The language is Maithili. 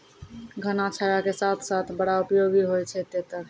घना छाया के साथ साथ बड़ा उपयोगी होय छै तेतर